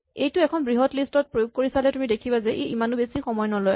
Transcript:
এইটো এখন বৃহৎ লিষ্ট ত প্ৰয়োগ কৰি চালে তুমি দেখিবা যে ই ইমানো বেছি সময় নলয়